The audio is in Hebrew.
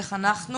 איך אנחנו,